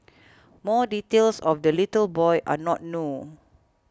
more details of the little boy are not known